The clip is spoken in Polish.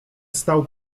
stał